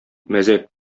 мәзәк